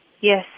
yes